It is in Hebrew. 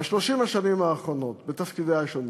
ב-30 השנים האחרונות בתפקידי השונים.